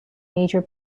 major